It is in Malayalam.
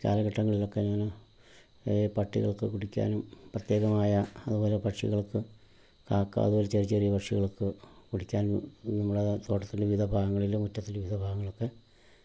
ഈ കാലഘട്ടങ്ങളിലൊക്കെ ഞാൻ ഈ പട്ടികൾക്ക് കുടിക്കാനും പ്രത്യേകമായ അതുപോലെ പക്ഷികൾക്ക് കാക്ക അതുപോലെ ചെറിയ ചെറിയ പക്ഷികൾക്ക് കുടിക്കാനും നമ്മുടെ തോട്ടത്തിൽ വിവിധ ഭാഗങ്ങളിൽ മുറ്റത്തിൽ വിവിധ ഭാഗങ്ങളിലൊക്കെ